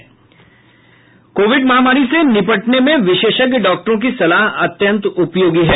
Covid उन्नीस महामारी से निपटने में विशेषज्ञ डॉक्टर की सलाह अत्यंत उपयोगी है